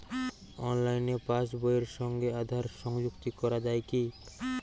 অনলাইনে পাশ বইয়ের সঙ্গে আধার সংযুক্তি করা যায় কি?